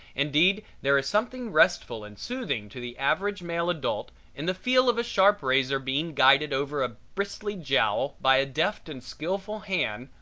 indeed there is something restful and soothing to the average male adult in the feel of a sharp razor being guided over a bristly jowl by a deft and skillful hand,